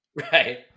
Right